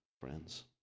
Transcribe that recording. friends